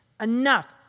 enough